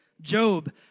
Job